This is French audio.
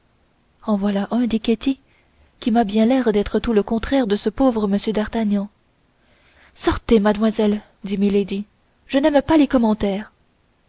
en voilà un dit ketty qui m'a bien l'air d'être tout le contraire de ce pauvre m d'artagnan sortez mademoiselle dit milady je n'aime pas les commentaires